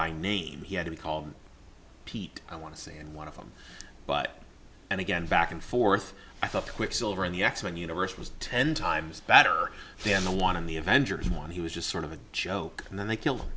by name he had to be called pete i want to see in one of them but and again back and forth i thought quicksilver in the x men universe was ten times better than the one in the avengers one he was just sort of a joke and then they kill